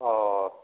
अ